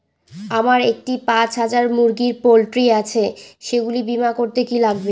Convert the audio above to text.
আমার একটি পাঁচ হাজার মুরগির পোলট্রি আছে সেগুলি বীমা করতে কি লাগবে?